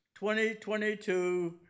2022